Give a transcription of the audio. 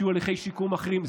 שיהיו הליכי שיקום אחרים,